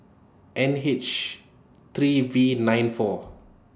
N H three V nine four